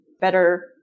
better